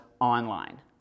online